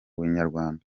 banyarwanda